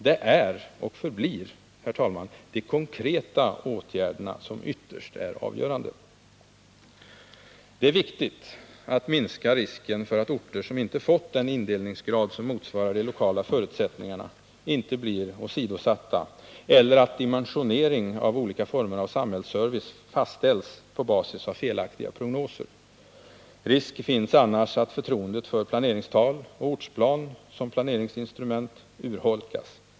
Det är och förblir de konkreta åtgärderna som ytterst är avgörande. Det är viktigt att minska risken för att orter som inte fått den indelningsgrad som motsvarar de lokala förutsättningarna inte blir åsidosatta eller att dimensionering av olika former av samhällsservice fastställs på basis av felaktiga prognoser. Risk finns annars att förtroendet för planeringstal och ortsplan som planeringsinstrument urholkas.